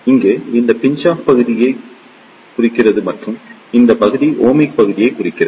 இங்கே இது pinch off பகுதியைக் குறிக்கிறது மற்றும் இந்த பகுதி ஓமிக் பகுதியைக் குறிக்கிறது